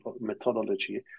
methodology